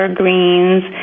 greens